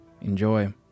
Enjoy